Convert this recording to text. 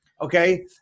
Okay